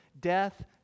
Death